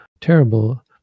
terrible